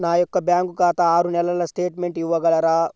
నా యొక్క బ్యాంకు ఖాతా ఆరు నెలల స్టేట్మెంట్ ఇవ్వగలరా?